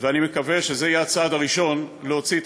אני מקווה שזה יהיה הצעד הראשון להוציא את